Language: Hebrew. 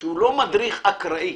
שהוא לא מדריך אקראי.